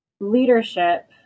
leadership